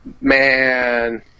Man